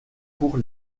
pour